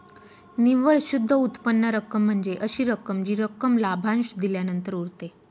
निव्वळ शुद्ध उत्पन्न रक्कम म्हणजे अशी रक्कम जी रक्कम लाभांश दिल्यानंतर उरते